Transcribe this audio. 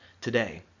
today